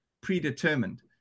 predetermined